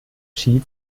ski